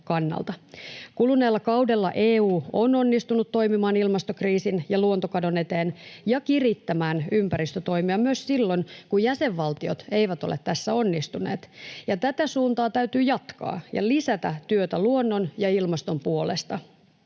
Kuluneella kaudella EU on onnistunut toimimaan ilmastokriisin ja luontokadon eteen ja kirittämään ympäristötoimia myös silloin, kun jäsenvaltiot eivät ole tässä onnistuneet. Ja tätä suuntaa täytyy jatkaa ja lisätä työtä luonnon ja ilmaston puolesta.